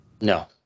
No